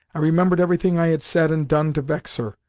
i remembered everything i had said and done to vex her,